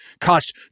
cost